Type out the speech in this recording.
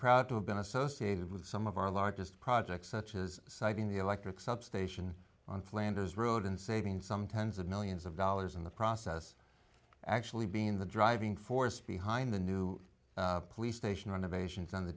proud to have been associated with some of our largest projects such as siting the electric substation on flinders road and saving some tens of millions of dollars in the process actually being the driving force behind the new police station of asians and the